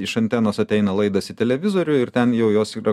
iš antenos ateina laidas į televizorių ir ten jau jos yra